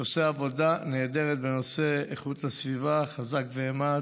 ועושה עבודה נהדרת בנושא איכות הסביבה, חזק ואמץ,